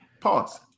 pause